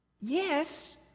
Yes